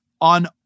on